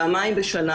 פעמיים בשנה.